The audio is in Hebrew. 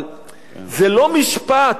אבל זה לא משפט.